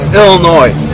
illinois